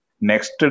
Next